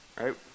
right